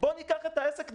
בוא ניקח את העסק,